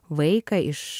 vaiką iš